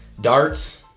Darts